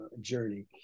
journey